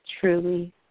Truly